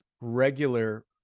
regular